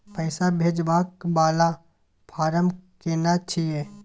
पैसा भेजबाक वाला फारम केना छिए?